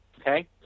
Okay